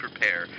prepare